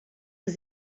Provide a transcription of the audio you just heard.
aux